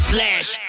Slash